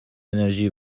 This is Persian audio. انرژی